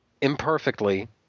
imperfectly